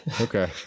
Okay